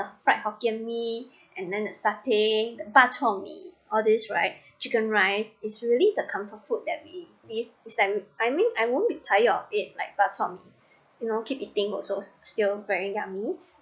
fried hokkien mee and then satay the bak chor mee all these right chicken rice is really the comfort food that we it's like I mean I won't be tired of it like bak chor mee you know keep eating will still very yummy